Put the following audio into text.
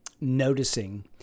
noticing